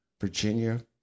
Virginia